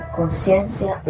conciencia